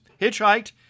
hitchhiked